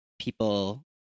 people